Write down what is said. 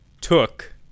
took